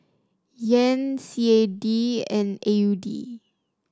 Yen C A D and A U D